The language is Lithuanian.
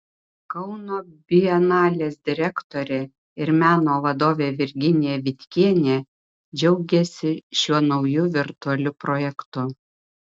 kauno bienalės direktorė ir meno vadovė virginija vitkienė džiaugiasi šiuo nauju virtualiu projektu